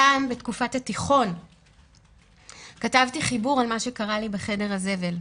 פעם בתקופת התיכון כתבתי חיבור על מה שקרה לי בחדר הזבל.